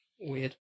weird